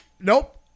Nope